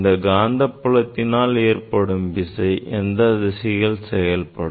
இந்த காந்தப் புலத்தினால் ஏற்படும் விசை எந்த திசையில் செயல்படும்